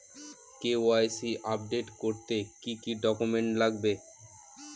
KYC update করতে কি কি ডকুমেন্টস লাগবে?